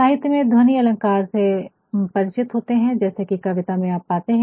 साहित्य में ध्वनि अलंकार से परिचित होते है जैसे कि कविता में आप पाते है